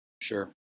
Sure